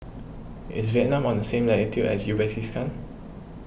is Vietnam on the same latitude as Uzbekistan